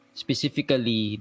specifically